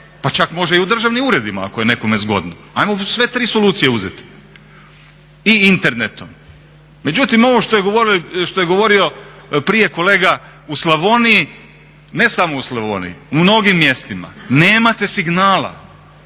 pa čak može i u državnim uredima ako je nekome zgodno, ajmo sve tri solucije uzeti, i internetom. Međutim, ovo što je govorio prije kolega u Slavoniji, ne samo u Slavoniji u mnogim mjestima nemate signala,